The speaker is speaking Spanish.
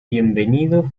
bienvenido